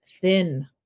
thin